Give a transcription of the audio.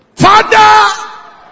Father